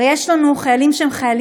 הרי יש לנו חיילים בודדים,